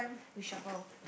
reshuffle